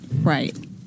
Right